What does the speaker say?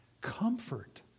comfort